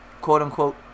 quote-unquote